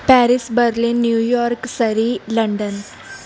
Paris Berlin New York Surrey London